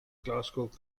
glasgow